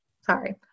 sorry